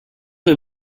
est